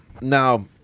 Now